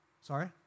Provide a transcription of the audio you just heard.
Sorry